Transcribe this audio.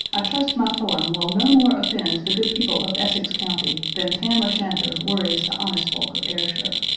i trust my poem will no more offend the good people of essex county than tam o'shanter worries the honest folk of ayrshire.